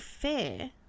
fair